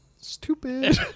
stupid